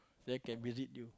then can visit you